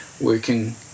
working